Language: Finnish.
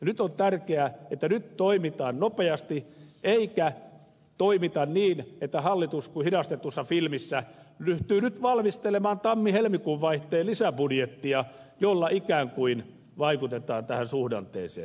nyt on tärkeää että toimitaan nopeasti eikä toimita niin että hallitus kuin hidastetussa filmissä ryhtyy valmistelemaan tammihelmikuun vaihteen lisäbudjettia jolla ikään kuin vaikutetaan tähän suhdanteeseen